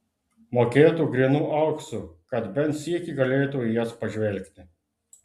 mokėtų grynu auksu kad bent sykį galėtų į jas pažvelgti